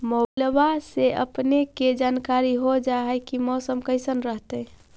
मोबाईलबा से अपने के जानकारी हो जा है की मौसमा कैसन रहतय?